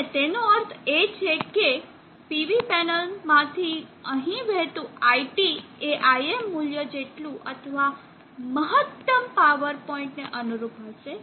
અને તેનો અર્થ એ છે કે PV પેનલમાંથી અહીં વહેતું iT એ Im મૂલ્ય જેટલું અથવા મહત્તમ પાવર પોઇન્ટ ને અનુરૂપ હશે